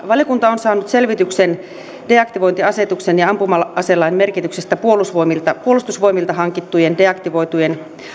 valiokunta on saanut selvityksen deaktivointiasetuksen ja ampuma aselain merkityksestä puolustusvoimilta puolustusvoimilta hankittujen deaktivoitujen